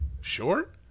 Short